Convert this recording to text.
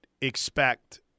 expect